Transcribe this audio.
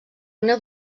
una